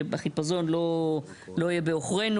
שהחיפזון לא יהיה בעוכרינו.